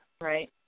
Right